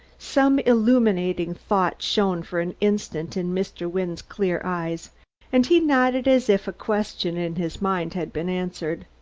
some illuminating thought shone for an instant in mr. wynne's clear eyes and he nodded as if a question in his mind had been answered.